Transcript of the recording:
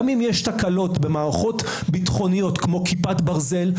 גם אם יש תקלות במערכות ביטחוניות כמו כיפת ברזל,